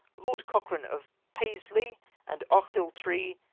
lord cochrane of paisley and ochiltree,